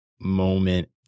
moment